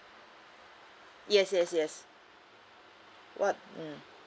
yes yes yes what mm